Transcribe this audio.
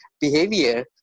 Behavior